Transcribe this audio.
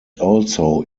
also